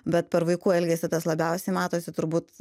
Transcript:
bet per vaikų elgesį tas labiausiai matosi turbūt